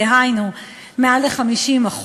דהיינו מעל 50%,